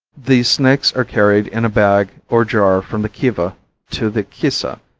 the snakes are carried in a bag or jar from the kiva to the kisa,